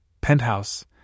Penthouse